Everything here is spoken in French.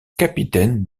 capitaine